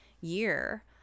year